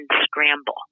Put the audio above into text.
scramble